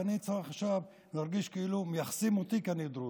ואני צריך עכשיו להרגיש כאילו מייחסים אותי כי אני דרוזי.